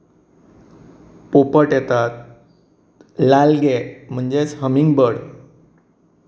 पोपट येतात लालगे म्हणजेच हमींग बर्ड